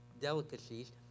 delicacies